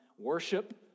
worship